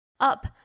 up